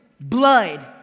blood